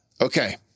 Okay